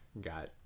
got